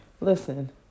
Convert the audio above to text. listen